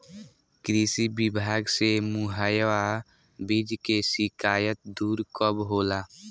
कृषि विभाग से मुहैया बीज के शिकायत दुर कब होला?